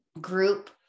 group